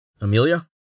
Amelia